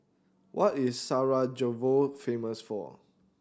what is Sarajevo famous for